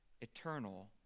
eternal